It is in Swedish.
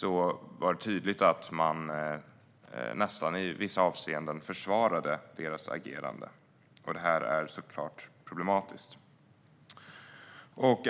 Då blev det tydligt att man nästan i vissa avseenden försvarade landets agerande. Detta är såklart problematiskt.